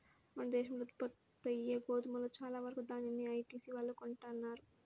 మన దేశంలో ఉత్పత్తయ్యే గోధుమలో చాలా వరకు దాన్యాన్ని ఐటీసీ వాళ్ళే కొంటన్నారు